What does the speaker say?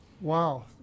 Wow